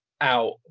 out